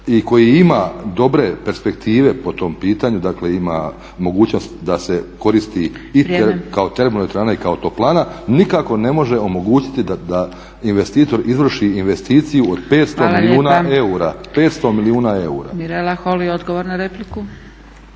i koji ima dobre perspektive po tom pitanju, dakle ima mogućnost da se koristi i kao termoelektrana i kao toplana nikako ne može omogućiti da investitor izvrši investiciju od 500 milijuna eura? **Zgrebec, Dragica (SDP)** Hvala lijepa. Mirela Holy, odgovor na repliku.